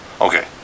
Okay